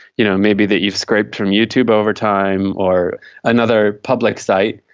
you know maybe that you've scraped from youtube over time or another public site,